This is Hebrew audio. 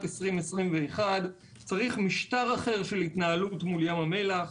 2021. צריך משטר אחר של התנהלות מול ים המלח.